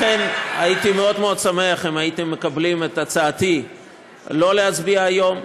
לכן הייתי מאוד מאוד שמח אם הייתם מקבלים את הצעתי שלא להצביע היום,